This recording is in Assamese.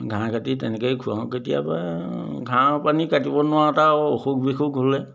ঘাঁহ কাটি তেনেকৈয়ে খুৱাওঁ কেতিয়াবা ঘাঁহ পানী কাটিব নোৱাৰাত আৰু অসুখ বিসুখ হ'লে